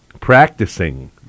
practicing